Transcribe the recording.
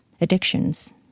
addictions